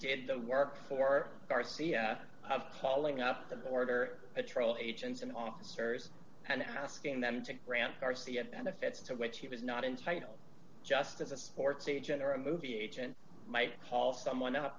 did the work for garcia calling up the border patrol agents and officers and asking them to grant garcia benefits to which he was not entitled just as a sports agent or a movie agent might call someone up